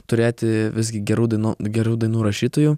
turėti visgi gerų dainų gerų dainų rašytojų